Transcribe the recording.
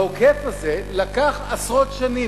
העוקף הזה לקח עשרות שנים.